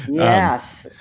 yes.